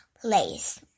place